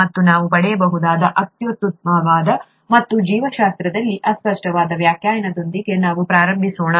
ಮತ್ತು ನಾವು ಪಡೆಯಬಹುದಾದ ಅತ್ಯುತ್ತಮವಾದದ್ದು ಮತ್ತು ಜೀವಶಾಸ್ತ್ರದಲ್ಲಿ ಅಸ್ಪಷ್ಟವಾದ ವ್ಯಾಖ್ಯಾನದೊಂದಿಗೆ ನಾವು ಪ್ರಾರಂಭಿಸೋಣ